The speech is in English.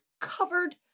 covered